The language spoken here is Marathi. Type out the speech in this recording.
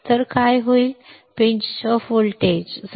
तर काय होईल लवकर चिमूटभर